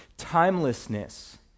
timelessness